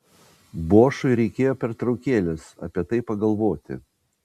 bošui reikėjo pertraukėlės apie tai pagalvoti